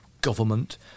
government